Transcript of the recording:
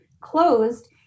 closed